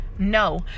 No